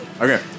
Okay